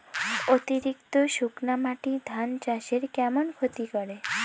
অতিরিক্ত শুকনা মাটি ধান চাষের কেমন ক্ষতি করে?